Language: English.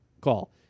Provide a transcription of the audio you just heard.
call